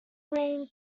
green